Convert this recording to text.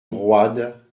roide